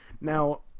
Now